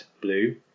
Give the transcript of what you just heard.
blue